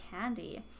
candy